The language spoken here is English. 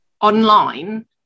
online